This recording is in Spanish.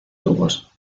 tubos